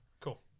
Cool